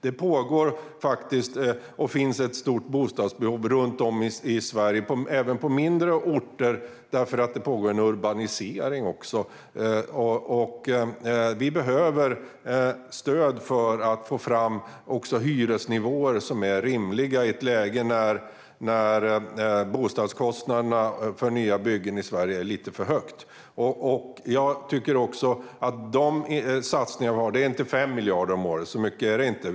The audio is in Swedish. Det finns ett stort bostadsbehov runt om i Sverige, även på mindre orter, därför att det pågår en urbanisering. Det behövs stöd för att få fram hyresnivåer som är rimliga i ett läge där bostadskostnaderna för nybyggda bostäder i Sverige är lite för höga. Så mycket som 5 miljarder om året är det inte vi satsar.